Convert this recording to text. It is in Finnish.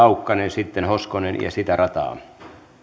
laukkanen sitten hoskonen ja sitä rataa